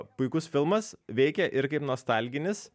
puikus filmas veikia ir kaip nostalginis